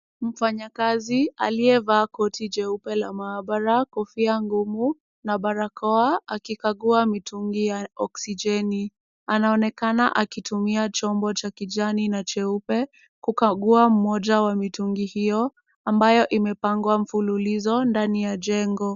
Mfanyakazi aliyevaa koti jeupe la maabara, kofia ngumu na barakoa, akikagua mitungi ya oksijeni. Anaonekana akitumia chombo cha kijani na cheupe, kukagua mmoja wa mitungi hiyo, ambayo imepangwa mfululizo ndani ya jengo.